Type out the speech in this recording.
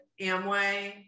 Amway